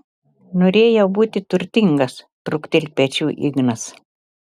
norėjau būti turtingas trūkteli pečiu ignas